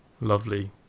lovely